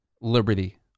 liberty